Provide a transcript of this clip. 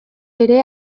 ere